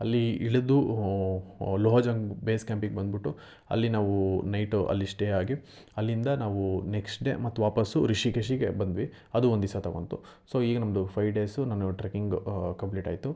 ಅಲ್ಲಿ ಇಳಿದು ಲೋಹೋಜಾನ್ ಬೇಸ್ ಕ್ಯಾಂಪಿಗೆ ಬಂದ್ಬಿಟ್ಟು ಅಲ್ಲಿ ನಾವು ನೈಟು ಅಲ್ಲಿ ಸ್ಟೇ ಆಗಿ ಅಲ್ಲಿಂದ ನಾವು ನೆಕ್ಸ್ಟ್ ಡೇ ಮತ್ತೆ ವಾಪಸ್ಸು ರಿಷಿಕೇಶಿಗೆ ಬಂದ್ವಿ ಅದೂ ಒಂದು ದಿವ್ಸ ತೊಗೊಂತು ಸೊ ಹೀಗೆ ನಮ್ಮದು ಫೈಯ್ ಡೇಸು ನಾನು ಟ್ರೆಕ್ಕಿಂಗ್ ಕಂಪ್ಲೀಟ್ ಆಯಿತು